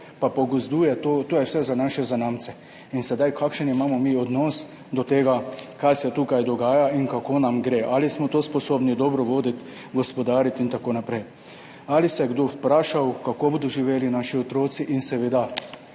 pa pogozduje, to je vse za naše zanamce. In sedaj, kakšen imamo mi odnos do tega, kaj se tukaj dogaja in kako nam gre, ali smo to sposobni dobro voditi, gospodariti in tako naprej? Ali se je kdo vprašal, kako bodo živeli naši otroci, in o tem,